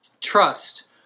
Trust